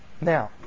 Now